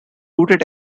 looted